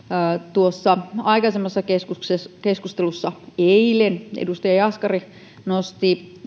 tuossa aikaisemmassa keskustelussa keskustelussa eilen edustaja jaskari nosti